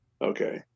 Okay